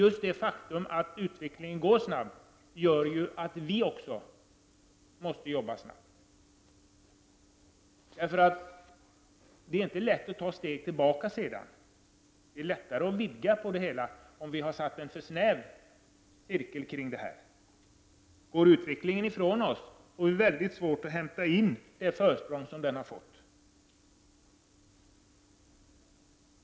Just det faktum att utvecklingen går snabbt gör att vi måste arbeta snabbt. Det är inte lätt att ta steg tillbaka. Det är lättare att vidga cirkeln, om vi har gjort den för snäv. Om utvecklingen går ifrån oss får vi svårt att hämta in försprånget.